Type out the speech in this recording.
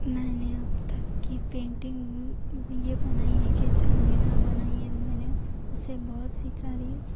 میں نے اب تک کی پینٹنگ یہ بنائی ہے کہ چار مینار بنائی ہے میں نے اس سے بہت سی ساری